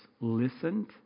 listened